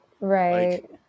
Right